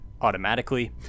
automatically